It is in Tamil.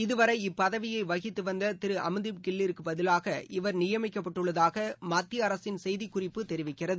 இதுவரை இப்பதவியை வகித்து வந்த திரு அமந்தீப் கில் பதிலாக இவர் நியமிக்கப்பட்டுள்ளதாக மத்திய அரசின் செய்திக் குறிப்பு தெரிவிக்கிறது